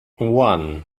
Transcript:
one